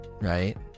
right